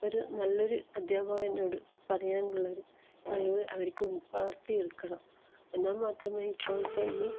ഒരു നല്ലൊരു അദ്ധ്യാപകനോട് പറയാനുള്ളൊരു കഴിവ് അവർക്കും വളർത്തിയെടുക്കണം എന്നാൽ മാത്രമേ ഇപ്പോഴത്തെ ഈ